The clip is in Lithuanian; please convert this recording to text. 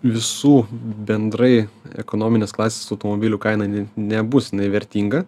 visų bendrai ekonominės klasės automobilių kaina jinai nebus jinai vertinga